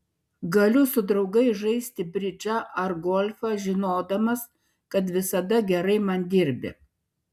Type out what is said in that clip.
galiu su draugais žaisti bridžą ar golfą žinodamas kad visada gerai man dirbi